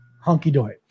hunky-dory